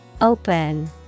Open